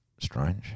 strange